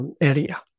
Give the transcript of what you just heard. area